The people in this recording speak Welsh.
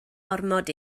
ormod